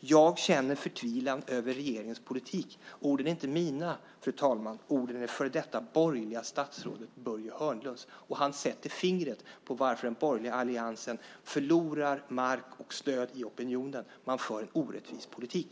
Jag känner förtvivlan över regeringens politik. Orden är inte mina, fru talman. Orden är det före detta borgerliga statsrådet Börje Hörnlunds, och han sätter fingret på varför den borgerliga alliansen förlorar mark och stöd i opinionen. Man för en orättvis politik.